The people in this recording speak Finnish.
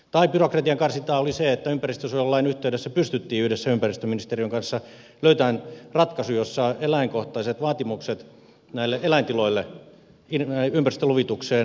tai byrokratian karsintaa oli se että ympäristönsuojelulain yhteydessä pystyttiin yhdessä ympäristöministeriön kanssa löytämään ratkaisu jossa eläinkohtaiset vaatimukset näille eläintiloille ympäristöluvitukseen nousivat